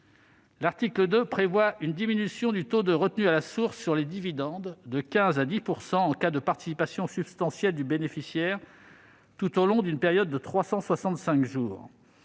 L'article 2 prévoit une diminution du taux de retenue à la source sur les dividendes de 15 % à 10 % en cas de participation substantielle du bénéficiaire sur une période de 365 jours.